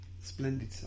Splendid